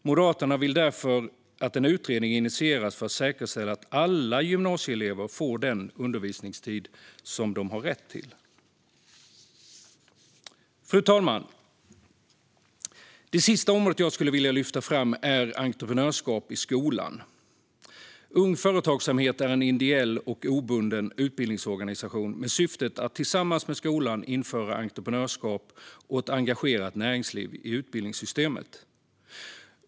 Moderaterna vill därför att en utredning initieras för att säkerställa att alla gymnasieelever får den undervisningstid de har rätt till. Fru talman! Det sista området jag vill lyfta fram är entreprenörskap i skolan. Ung Företagsamhet är en ideell och obunden utbildningsorganisation med syfte att tillsammans med skolan införa entreprenörskap och ett engagerat näringsliv i utbildningssystemet.